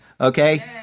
okay